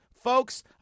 folks